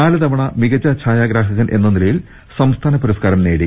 നാലു തവണ മികച്ച ഛായാഗ്രാഹകൻ എന്ന നിലയിൽ സംസ്ഥാന പുരസ്കാരം നേടി